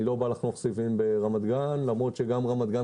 אני לא בא לחנוך סיבים ברמת גן למרות שגם רמת גן